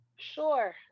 Sure